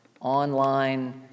online